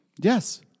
Yes